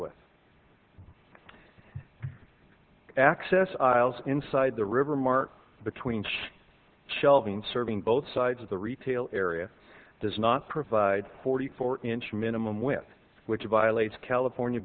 with access inside the river mart between shelving serving both sides of the retail area does not provide forty four inch minimum with which violates california